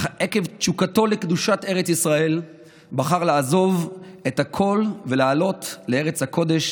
אך עקב תשוקתו לקדושת ארץ ישראל בחר לעזוב הכול ולעלות לארץ הקודש,